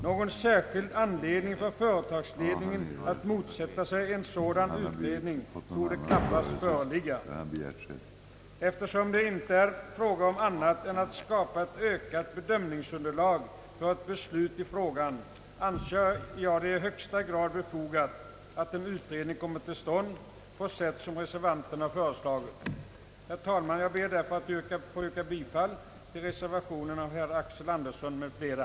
Någon särskild anledning för företagsledningen att motsätta sig en sådan utredning torde knappast föreligga. Eftersom det inte är fråga om annat än att skapa ett ökat bedömningsunderlag för beslut i riksdagen anser jag det i högsta grad befogat att en utredning kommer till stånd på sätt som reservanterna har föreslagit. Herr talman! Jag ber därför att få yrka bifall till reservationen av herr Axel Andersson m.fl.